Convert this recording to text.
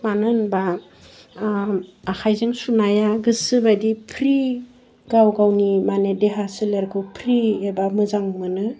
मानो होनबा आखाइजों सुनाया गोसो बायदि फ्रि गावगावनि माने देहा सोलेरखौ फ्रि एबा मोजां मोनो